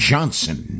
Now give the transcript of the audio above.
Johnson